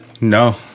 No